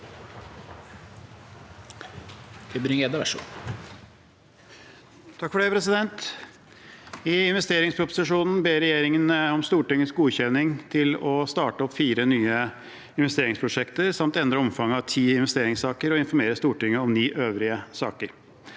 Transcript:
I investeringsproposisjonen ber regjeringen om Stortingets godkjenning til å starte opp fire nye investeringsprosjekter samt endre omfanget av ti investeringssaker og informere Stortinget om ni øvrige saker.